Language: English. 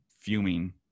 fuming